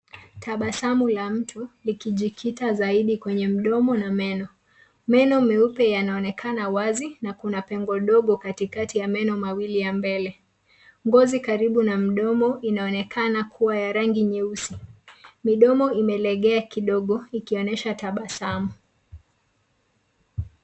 Tabasamu la mtu likijikita zaidi kwenye mdomo na meno. Meno meupe yanaonekana wazi na kuna pengo dogo katikati ya meno mawili ya mbele. Ngozi karibu na mdomo inaonekana kuwa ya rangi nyeusi. Midomo imelegea kidogo ikionesha tabasamu.